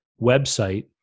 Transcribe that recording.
website